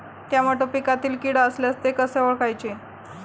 Tomato पिकातील कीड असल्यास ते कसे ओळखायचे?